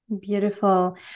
Beautiful